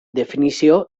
definizio